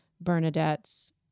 Bernadette's